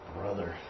Brother